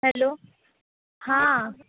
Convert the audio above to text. hello हां